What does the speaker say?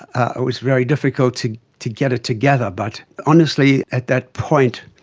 ah it was very difficult to to get it together. but honestly, at that point,